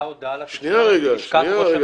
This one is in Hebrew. יצאה הודעה --- מלשכת ראש הממשלה.